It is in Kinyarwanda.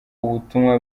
ubutumwa